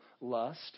lust